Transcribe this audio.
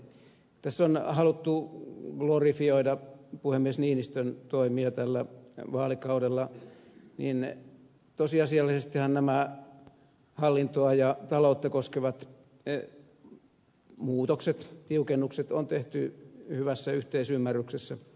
kun tässä on haluttu glorifioida puhemies niinistön toimia tällä vaalikaudella niin tosiasiallisestihan nämä hallintoa ja taloutta koskevat muutokset tiukennukset on tehty hyvässä yhteisymmärryksessä